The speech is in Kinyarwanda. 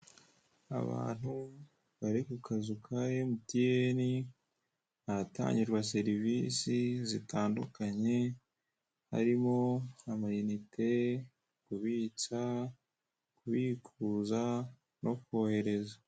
Abantu bari ku kazu ka MTN, ahatangirwa serivisi zitandukanye, harimo amayinite, kubitsa, kubiyikuza no kohereza.